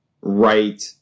right